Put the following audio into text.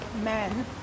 men